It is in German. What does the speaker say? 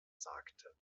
sagte